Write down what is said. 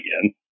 again